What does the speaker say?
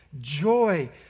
joy